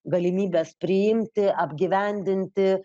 galimybės priimti apgyvendinti